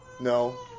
No